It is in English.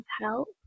help